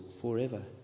forever